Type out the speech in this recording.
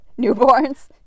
newborns